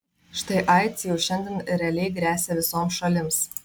štai aids jau šiandien realiai gresia visoms šalims